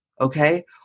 Okay